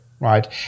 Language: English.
Right